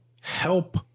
help